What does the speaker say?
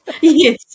Yes